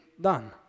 done